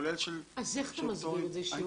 אז איך אתה מסביר את זה?